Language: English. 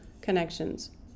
connections